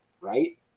right